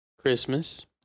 Christmas